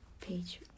Page